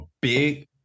big